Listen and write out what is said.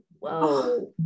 Whoa